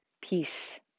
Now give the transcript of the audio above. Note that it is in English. Peace